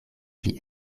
pli